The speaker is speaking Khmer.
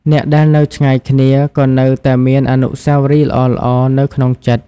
អ្នកដែលនៅឆ្ងាយគ្នា ក៏នៅតែមានអនុស្សាវរីយ៍ល្អៗនៅក្នុងចិត្ត។